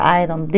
item